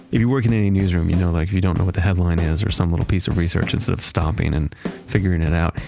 if you work in any newsroom you know like, you don't know what the headline is, or some little piece of research. instead of stopping and figuring it out,